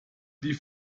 die